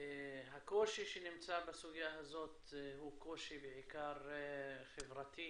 הקושי שנמצא בסוגיה הזאת הוא קושי בעיקר חברתי